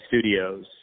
studios